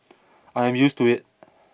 I'm used to it